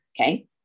Okay